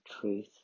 truth